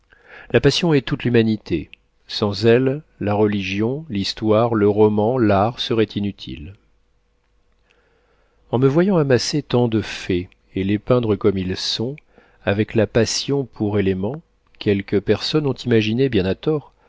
la passion est toute l'humanité sans elle la religion l'histoire le roman l'art seraient inutiles en me voyant amasser tant de faits et les peindre comme ils sont avec la passion pour élément quelques personnes ont imaginé bien à tort